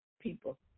people